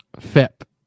Fip